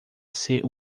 ser